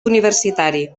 universitari